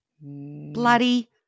Bloody